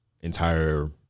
entire